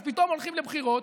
אז פתאום הולכים לבחירות.